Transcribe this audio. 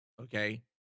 okay